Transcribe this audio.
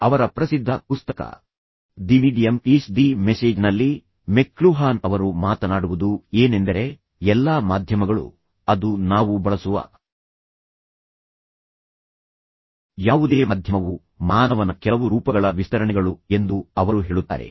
ಅವರ ಪ್ರಸಿದ್ಧ ಪುಸ್ತಕ ದಿ ಮೀಡಿಯಮ್ ಈಸ್ ದಿ ಮೆಸೇಜ್ನಲ್ಲಿ ಮೆಕ್ಲುಹಾನ್ ಅವರು ಮಾತನಾಡುವುದು ಏನೆಂದರೆ ಎಲ್ಲಾ ಮಾಧ್ಯಮಗಳು ಅದು ನಾವು ಬಳಸುವ ಯಾವುದೇ ಮಾಧ್ಯಮವು ಮಾನವನ ಕೆಲವು ರೂಪಗಳ ವಿಸ್ತರಣೆಗಳು ಎಂದು ಅವರು ಹೇಳುತ್ತಾರೆ